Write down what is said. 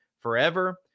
forever